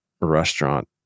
restaurant